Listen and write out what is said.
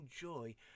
enjoy